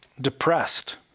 depressed